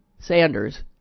Sanders